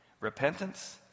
Repentance